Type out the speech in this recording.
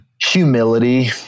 Humility